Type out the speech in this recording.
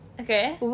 okay